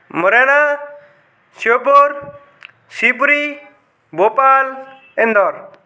Morena Shivpur Shivpuri Bhopal Indore